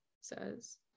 says